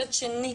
מצד שני,